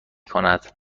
کند